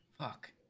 fuck